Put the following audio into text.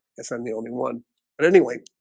if i'm the only one but anyway